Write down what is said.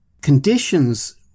conditions